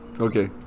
Okay